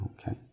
Okay